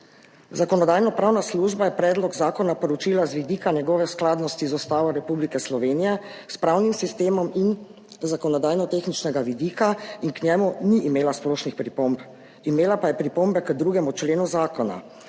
Zakonodajno-pravna služba je predlog zakona proučila z vidika njegove skladnosti z Ustavo Republike Slovenije, s pravnim sistemom in z zakonodajno-tehničnega vidika in k njemu ni imela splošnih pripomb. Imela pa je pripombe k 2. členu zakona.